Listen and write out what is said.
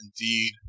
indeed